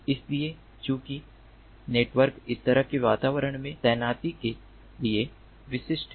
इसलिए चूंकि नेटवर्क इस प्रकार के वातावरण में तैनाती के लिए विशिष्ट हैं